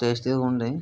టేస్టీగా ఉంది